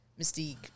Mystique